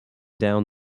down